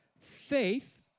Faith